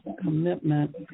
commitment